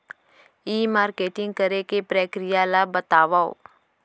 ई marketing करे के प्रक्रिया ला बतावव?